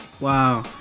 Wow